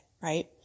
right